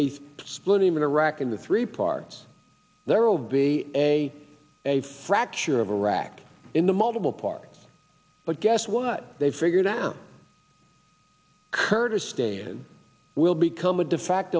a split in iraq into three parts there'll be a a fracture of iraq in the multiple parts but guess what they've figured out kurdistan will become a defact